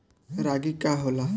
रागी का होला?